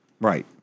right